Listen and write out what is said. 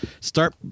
start